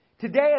Today